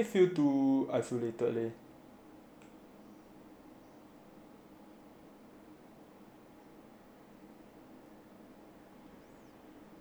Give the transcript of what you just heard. bro this this situation has actually made given me more social interaction then I normally have sia every night I'm just talking to you guys eh